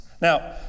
Now